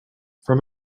from